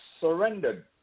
surrendered